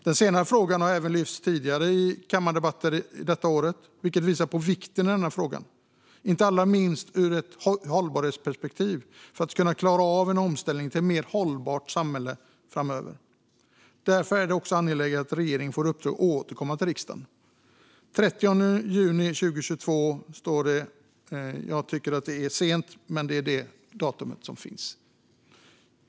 Den senare har frågan har även lyfts i tidigare kammardebatter detta år, vilket visar på vikten av frågan, inte minst ur ett hållbarhetsperspektiv för att klara av en omställning till ett mer hållbart samhälle framöver. Därför är det angeläget att regeringen återkommer till riksdagen den 30 juni 2022. Jag tycker att det är sent, men det är det datum som är angivet.